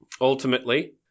Ultimately